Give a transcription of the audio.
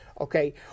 Okay